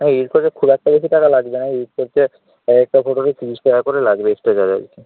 হ্যাঁ এডিট করতে খুব একটা বেশি টাকা লাগবে না এডিট করতে এক একটা ফটোতে তিরিশ টাকা করে লাগবে এক্সট্রা